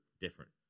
different